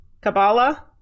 Kabbalah